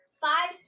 five